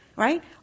Right